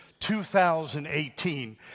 2018